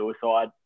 suicide